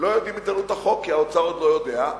לא יודעים מה עלות החוק כי האוצר עוד לא יודע,